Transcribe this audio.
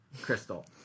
crystal